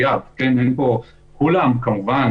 באמת אני אומר כמה שבועות.